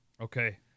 Okay